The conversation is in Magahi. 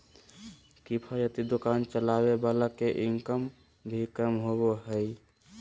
किफायती दुकान चलावे वाला के इनकम भी कम होबा हइ